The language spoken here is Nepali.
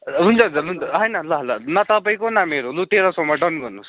हुन्छ त हुन्छ होइन ल ल न तपाईँको न मेरो लु तेह्र सौमा डन गर्नुहोस्